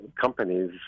companies